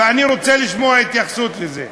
ואני רוצה לשמוע התייחסות לזה.